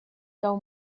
cau